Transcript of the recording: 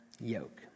yoke